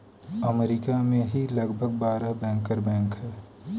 अमरीका में ही लगभग बारह बैंकर बैंक हैं